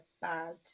bad